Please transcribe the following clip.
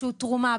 תרומה.